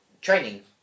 training